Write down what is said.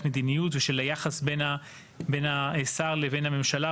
מדיניות ושל היחס בין השר לבין הממשלה.